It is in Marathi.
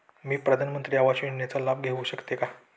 मी प्रधानमंत्री आवास योजनेचा लाभ घेऊ शकते का?